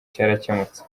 cyarakemutse